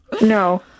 No